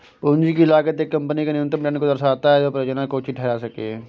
पूंजी की लागत एक कंपनी के न्यूनतम रिटर्न को दर्शाता है जो परियोजना को उचित ठहरा सकें